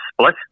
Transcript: split